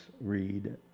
read